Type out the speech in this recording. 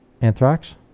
Anthrax